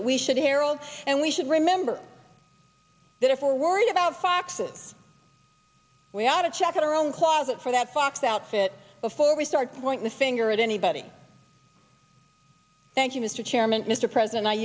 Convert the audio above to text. that we should herald and we should remember that if we're worried about foxes we ought to check out our own closet for that box outfit before we start to point the finger at anybody thank you mr chairman mr president i